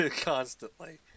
Constantly